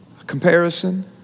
comparison